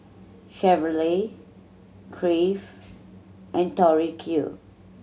Chevrolet Crave and Tori Q